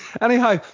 anyhow